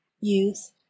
Youth